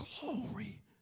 Glory